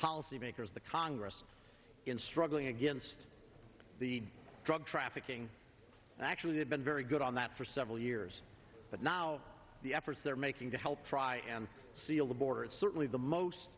policy makers the congress in struggling against the drug trafficking and actually have been very good on that for several years but now the efforts they're making to help try and seal the border is certainly the most